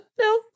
No